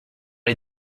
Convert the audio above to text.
les